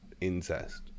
incest